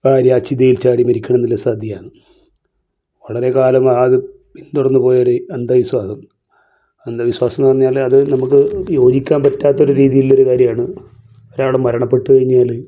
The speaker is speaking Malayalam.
ഭാര്യ ചിതയിൽ ചാടി മരിക്കണമെന്നുള്ള സതിയാന്ന് വളരെ കാലങ്ങൾ അത് പിന്തുടർന്ന് പോയൊരു അന്ധവിശ്വാസം അന്ധവിശ്വാസം എന്ന് പറഞ്ഞാൽ അത് നമുക്ക് യോജിക്കാൻ പറ്റാത്തൊരു രീതിയിലുള്ളൊരു കാര്യമാണ് ഒരാൾ മരണപ്പെട്ടു കഴിഞ്ഞാൽ